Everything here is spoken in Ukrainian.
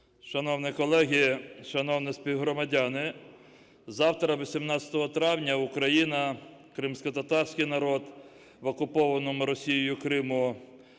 Шановні колеги, шановні співгромадяни! Завтра, 18 травня, Україна, кримськотатарський народ в окупованому Росією Криму.